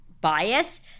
Bias